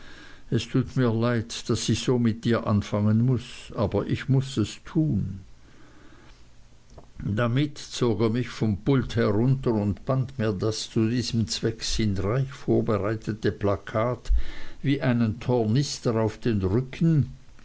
es tut mir leid daß ich so mit dir anfangen muß aber ich muß es tun damit zog er mich vom pulte herunter und band mir das zu diesem zweck sinnreich vorbereitete plakat wie einen tornister auf den rücken